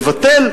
לבטל